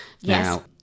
Yes